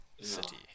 City